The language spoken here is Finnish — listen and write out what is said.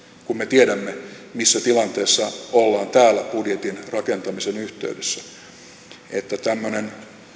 kun me tiedämme missä tilanteessa ollaan täällä budjetin rakentamisen yhteydessä tämmöinen